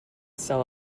sell